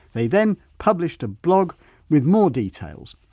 they then published a blog with more details.